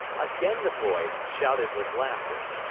again the boys shouted with laughter.